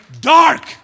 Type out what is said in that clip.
dark